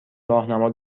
راهنما